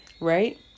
Right